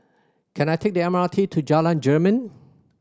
can I take the M R T to Jalan Jermin